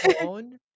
phone